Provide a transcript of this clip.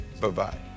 Bye-bye